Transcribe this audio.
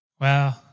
Wow